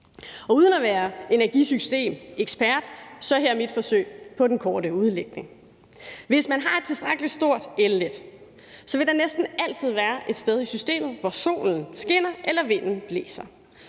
og uden at være energisystemekspert kommer mit forsøg på den korte udlægning her. Hvis man har et tilstrækkelig stort elnet, vil der næsten altid være et sted i systemet, hvor solen skinner eller vinden blæser.